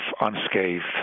unscathed